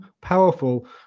powerful